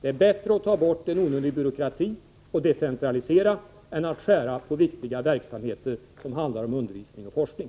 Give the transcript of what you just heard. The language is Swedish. Det är bättre att ta bort en onödig byråkrati och decentralisera än att skära ned inom viktiga verksamheter som handlar om undervisning och forskning.